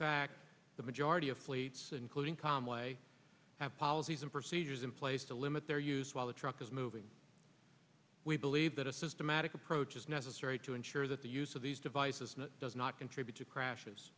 fact the majority of fleets including conway have policies and procedures in place to limit their use while the truck is moving we believe that a systematic approach is necessary to ensure that the use of these devices does not contribute to crashes